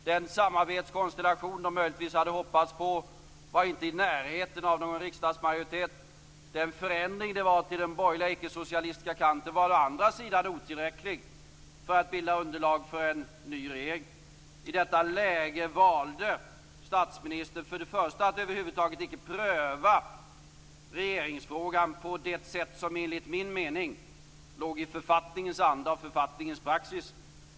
Den samarbetskonstellation de möjligtvis hade hoppats på var inte i närheten av någon riksdagsmajoritet. Den förändring som var till den borgerliga ickesocialistiska kanten var å andra sidan otillräcklig för att bilda underlag för en ny regering. I detta läge valde statsministern för det första att icke över huvud taget pröva regeringsfrågan på det sätt som enligt min mening låg i författningens anda och författningens praxis.